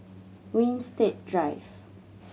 Winstedt Drive